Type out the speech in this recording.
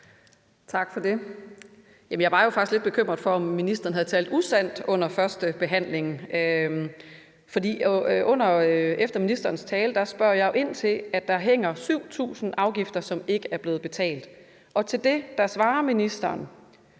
Jeg var jo faktisk lidt bekymret for, om ministeren havde talt usandt under førstebehandlingen. For efter ministerens tale spørger jeg jo ind til, at der hænger 7.000 afgifter, som ikke er blevet betalt, og til det svarer ministeren